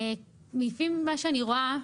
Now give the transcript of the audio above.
לפי מה שאני רואה,